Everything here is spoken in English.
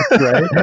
Right